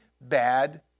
bad